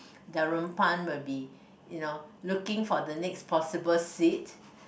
Darunpan will be you know looking for the next possible seat